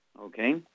Okay